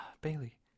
Bailey